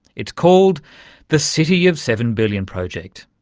it's called the city of seven billion project.